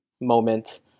moment